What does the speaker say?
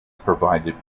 provided